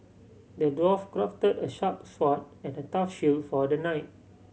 the dwarf crafted a sharp sword and a tough shield for the knight